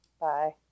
bye